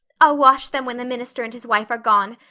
i'll wash them when the minister and his wife are gone,